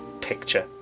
picture